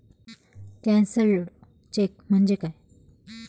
Cancelled cheque म्हणजे काय?